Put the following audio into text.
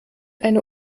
eine